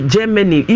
Germany